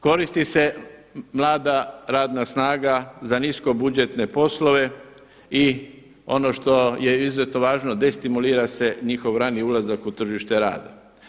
Koristi se mlada radna snaga za nisko budžetne poslove i ono što je izuzetno važno destimulira se njihov rani ulazak u tržište rada.